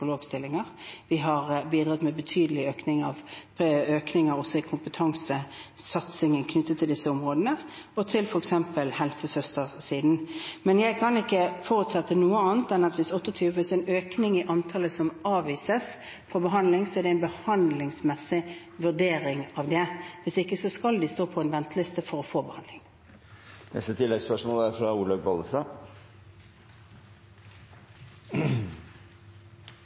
vi har bidratt med betydelig økning også i kompetansesatsingen knyttet til disse områdene – og f.eks. til helsesøstersiden. Men jeg kan ikke forutsette noe annet enn at hvis en økning i antallet som avvises, får behandling, er det en behandlingsmessig vurdering av det. Hvis ikke skal de stå på en venteliste for å få